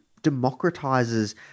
democratizes